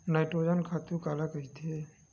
Nitrogen खातु काला कहिथे?